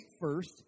first